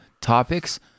topics